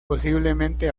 posiblemente